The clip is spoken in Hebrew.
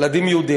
ילדים יהודים.